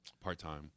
part-time